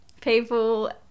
people